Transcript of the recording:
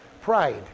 pride